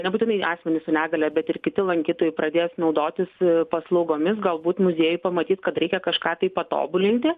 nebūtinai asmenys su negalia bet ir kiti lankytojai pradės naudotis paslaugomis galbūt muziejai pamatyti kad reikia kažką tai patobulinti